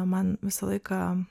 man visą laiką